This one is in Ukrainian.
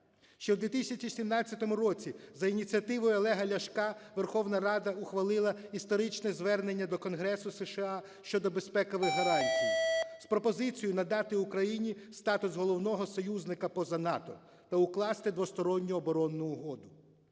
Ще в 2017 році за ініціативи Олега Ляшка Верховна Рада ухвалила історичне звернення до Конгресу США щодо безпекових гарантій, з пропозицією надати Україні статус головного союзника поза НАТО та укласти двосторонню оборонну угоду.